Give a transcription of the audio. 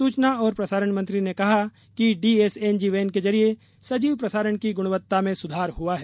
सूचना और प्रसारण मंत्री ने कहा कि डीएसएनजी वैन के जरिये सजीव प्रसारण की गुणवत्ता में सुधार हुआ है